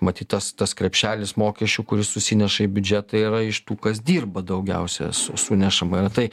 matyt tas tas krepšelis mokesčių kuris susineša į biudžetą yra iš tų kas dirba daugiausia sunešama yra tai